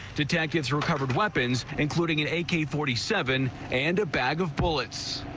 detectives recovered weapons, including and a k forty seven and a bag of bullets.